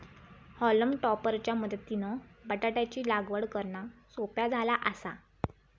हॉलम topper च्या मदतीनं बटाटयाची लागवड करना सोप्या झाला आसा